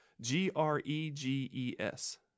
G-R-E-G-E-S